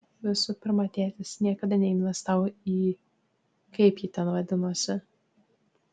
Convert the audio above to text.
visų pirma tėtis niekada neinvestavo į kaip ji ten vadinosi